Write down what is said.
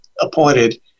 appointed